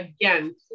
again